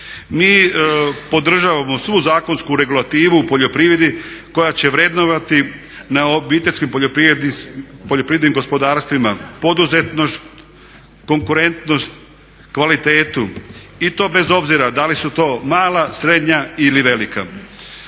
mi podržavamo svu zakonsku regulativu u poljoprivredi koja će vrednovati na OPG-ima poduzetnost, konkurentnost, kvalitetu i to bez obzira da li su to mala, srednja ili velika.